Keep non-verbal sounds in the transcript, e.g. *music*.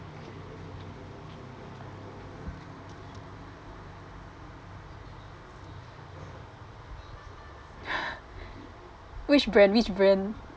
*laughs* which brand which brand